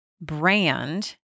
brand